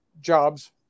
jobs